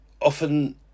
Often